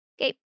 Okay